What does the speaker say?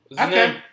Okay